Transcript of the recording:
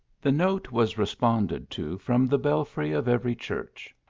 the note was responded to from the belfry of every church,